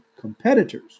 competitors